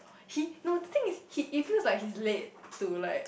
he no the thing is he it feels like he's late to like